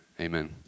amen